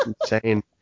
insane